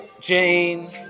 Jane